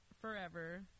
forever